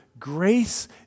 Grace